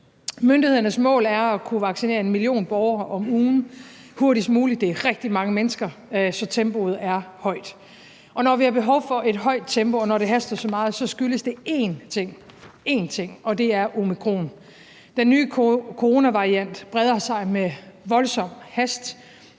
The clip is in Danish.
Myndighedernes mål er at kunne vaccinere en million borgere om ugen hurtigst muligt. Det er rigtig mange mennesker, så tempoet er højt. Og når vi har behov for et højt tempo, og når det haster så meget, skyldes det én ting, og det er omikron. Den nye coronavariant breder sig med voldsom hast.